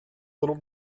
little